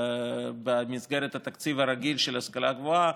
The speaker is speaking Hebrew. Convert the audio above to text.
במסגרת התקציב הרגיל של ההשכלה הגבוהה,